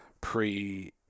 pre